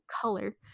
color